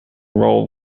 role